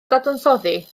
dadansoddi